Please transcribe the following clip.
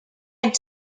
had